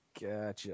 Gotcha